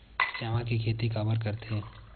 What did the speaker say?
चावल के खेती काबर करथे?